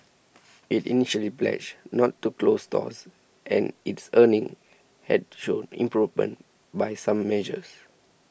it initially pledged not to close stores and its earnings had shown improvement by some measures